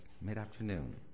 mid-afternoon